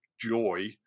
joy